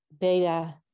data